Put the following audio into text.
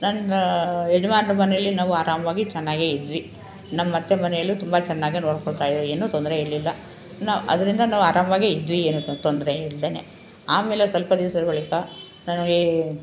ನನ್ನ ಯಜಮಾನರ ಮನೆಯಲ್ಲಿ ನಾವು ಆರಾಮವಾಗಿ ಚೆನ್ನಾಗೇ ಇದ್ವಿ ನಮ್ಮ ಅತ್ತೆ ಮನೆಯಲ್ಲೂ ತುಂಬ ಚೆನ್ನಾಗೇ ನೋಡ್ಕೊಳ್ತಾ ಇದ್ರು ಏನೂ ತೊಂದರೆ ಇರಲಿಲ್ಲ ನಾ ಆದ್ರಿಂದ ನಾವು ಆರಾಮವಾಗೇ ಇದ್ವಿ ಏನೂ ತೊಂದರೆ ಇಲ್ದೇಯೇ ಆಮೇಲೊಂದು ಸ್ವಲ್ಪ ದಿವಸದ ಬಳಿಕ ನನಗೆ